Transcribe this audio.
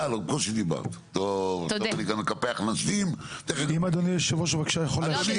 אם אדוני היושב ראש יכול להשלים,